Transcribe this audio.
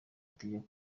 rutegeka